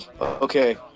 Okay